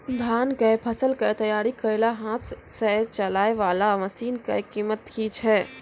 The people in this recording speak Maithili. धान कऽ फसल कऽ तैयारी करेला हाथ सऽ चलाय वाला मसीन कऽ कीमत की छै?